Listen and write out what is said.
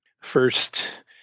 First